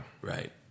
right